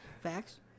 Facts